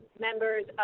members